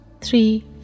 three